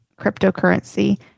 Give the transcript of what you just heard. cryptocurrency